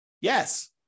Yes